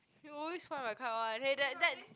you always fly my kite one hey that that